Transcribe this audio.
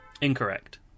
Incorrect